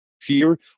fear